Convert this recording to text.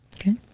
Okay